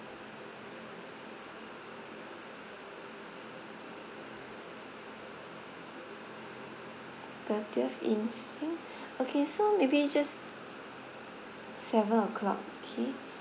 okay so maybe just seven o'clock okay